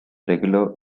regular